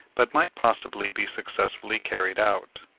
but might possibly be successfully carried out.